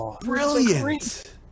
brilliant